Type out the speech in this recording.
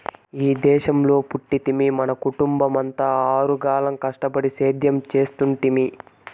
ఈ దేశంలో పుట్టితిమి మన కుటుంబమంతా ఆరుగాలం కష్టపడి సేద్యం చేస్తుంటిమి